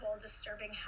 disturbing